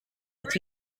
with